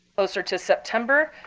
closer to september,